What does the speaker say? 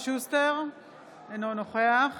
אינו נוכח